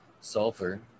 sulfur